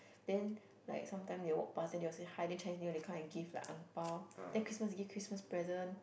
then like sometime they walk past then they will hi then Chinese New Year they come and give like angpao then Christmas to give Christmas present